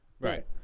Right